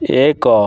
ଏକ